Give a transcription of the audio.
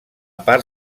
part